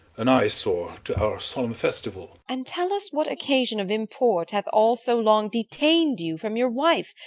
an eye-sore to our solemn festival and tell us what occasion of import hath all so long detain'd you from your wife,